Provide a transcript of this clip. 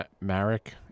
Marik